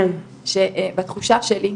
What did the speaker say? שבתחושה שלי,